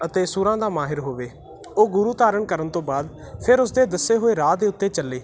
ਅਤੇ ਸੁਰਾਂ ਦਾ ਮਾਹਿਰ ਹੋਵੇ ਉਹ ਗੁਰੂ ਧਾਰਨ ਕਰਨ ਤੋਂ ਬਾਅਦ ਫਿਰ ਉਸਦੇ ਦੱਸੇ ਹੋਏ ਰਾਹ ਦੇ ਉੱਤੇ ਚੱਲੇ